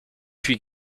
puis